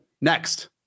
next